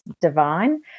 divine